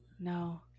No